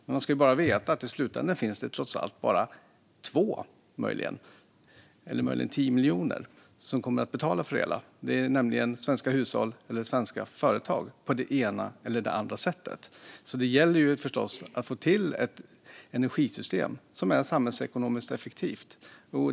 Man ska dock veta att det i slutänden bara finns två - eller möjligen 10 miljoner - som kommer att betala för det hela. Det är svenska hushåll eller svenska företag som kommer att betala, på det ena eller det andra sättet. Det gäller alltså att få till ett energisystem som är samhällsekonomiskt effektivt.